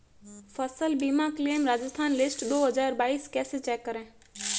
फसल बीमा claim Rajasthan list दो हज़ार बाईस कैसे चेक करें?